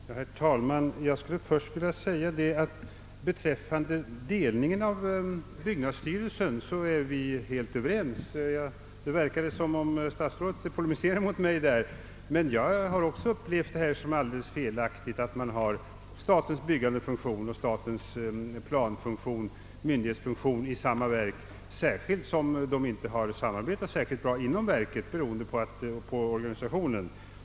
Herr talman ! Jag skulle först vilja säga att beträffande delningen av byggnadsstyrelsen är vi helt överens. Det verkade som om herr statsrådet polemiserade mot mig, men jag har också upplevt det som alldeles felaktigt att man har statens byggandefunktion och sta tens planfunktion — myndighetsfunktion — i samma verk, särskilt som de inte har samordnats särskilt bra inom verket beroende på organisationen.